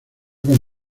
con